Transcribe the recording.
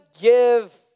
give